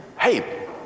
hey